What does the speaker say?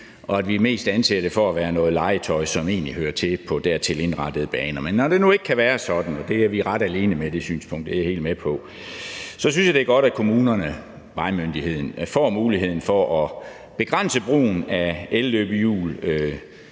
og at vi mest anser det for at være noget legetøj, som egentlig hører til på dertil indrettede baner. Men når det nu ikke kan være sådan – for vi er ret alene med det synspunkt, det er jeg helt med på – så synes jeg, det er godt, at kommunerne, vejmyndigheden, får muligheden for at begrænse brugen af elløbehjul